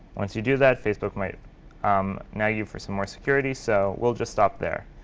once you do that, facebook might um nag you for some more security. so we'll just stop there.